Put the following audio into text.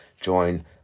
join